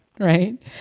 Right